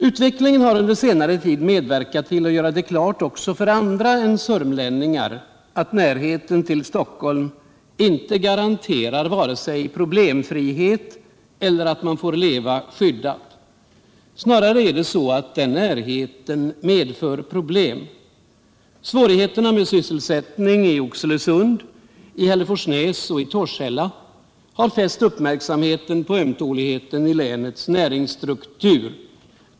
Utvecklingen under senare tid har medverkat till att göra det klart också för andra än sörmlänningar att närheten till Stockholm inte garanterar vare sig problemfrihet eller att man får leva skyddat. Snarare är det så att den närheten medför problem. Svårigheterna med sysselsättningen i Oxelösund, Hälleforsnäs och Torshälla har fäst uppmärksamheten på ömtåligheten i länets näringsstruktur.